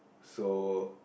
so